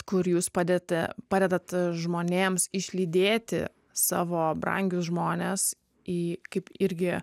kur jūs padete padedat žmonėms išlydėti savo brangius žmones į kaip irgi